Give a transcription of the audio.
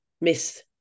Miss